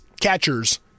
catchers